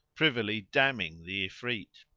privily damning the ifrit.